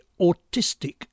autistic